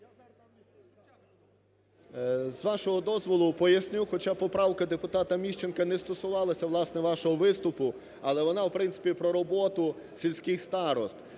З вашого дозволу поясню, хоча поправка депутата Міщенка не стосувалася, власне, вашого виступу, але вона, в принципі, про роботу сільських старост.